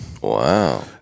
Wow